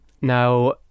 Now